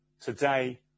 Today